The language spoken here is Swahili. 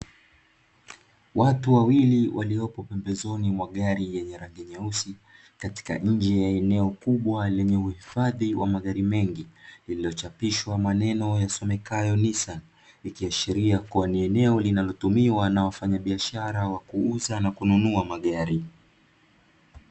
Watu wawili waliopo pembezoni mwa gari lenye rangi nyeusi, katika maji wa eneo kubwa lenye uhifadhi wa magari mengi. Lililochapishwa maneno yasimekayo (Nisa) ikiashiria kuwa ni eneo linalotumia na wafanyabiashara wa kuuza na kununua magari.